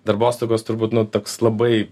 darbostogos turbūt nu toks labai